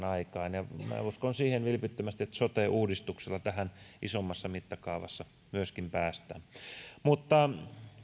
aikaan kustannussäästöjä minä uskon siihen vilpittömästi että sote uudistuksella tähän myöskin isommassa mittakaavassa päästään mutta